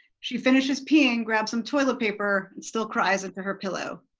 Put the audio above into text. she finishes peeing, grabs some toilet paper and still cries into her pillow.